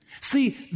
See